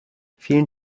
vielen